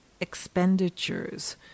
expenditures